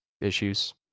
issues